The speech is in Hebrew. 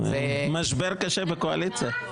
משבר קשה בקואליציה.